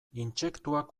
intsektuak